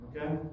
okay